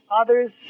others